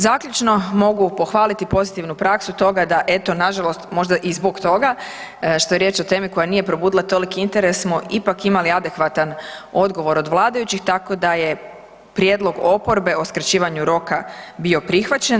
Zaključno mogu pohvaliti pozitivnu praksu toga da eto, nažalost možda i zbog toga što je riječ o temi koja nije probudila toliki interes smo ipak imali adekvatan odgovor od vladajućih tako da je prijedlog oporbe o skraćivanju roka bio prihvaćen.